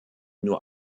nur